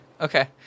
okay